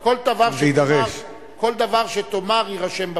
כל דבר שתאמר יירשם בפרוטוקול.